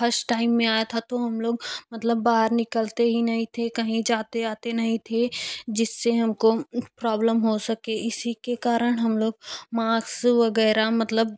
first time में आया था तो हम लोग मतलब बाहर निकलते ही नहीं थे कहीं जाते आते नहीं थे जिससे हमको प्रोब्लम हो सके इसी के कारण हम लोग माक्स वगैरह मतलब